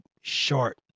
short